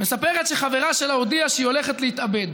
מספרת שחברה שלה הודיעה שהיא הולכת להתאבד.